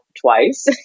twice